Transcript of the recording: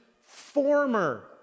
former